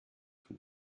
von